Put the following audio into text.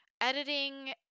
editing